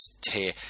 tear